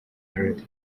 melodie